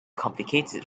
complicated